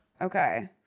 Okay